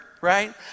right